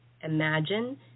Imagine